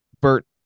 Bert